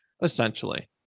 essentially